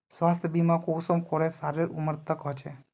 स्वास्थ्य बीमा कुंसम करे सालेर उमर तक होचए?